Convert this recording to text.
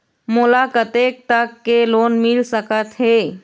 मोला कतेक तक के लोन मिल सकत हे?